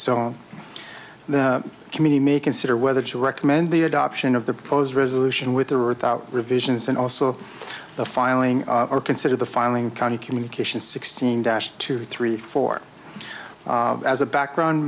so the committee may consider whether to recommend the adoption of the proposed resolution with or without revisions and also the filing or consider the filing county communications sixteen dash two three four as a background